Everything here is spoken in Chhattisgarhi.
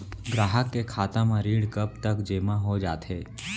ग्राहक के खाता म ऋण कब तक जेमा हो जाथे?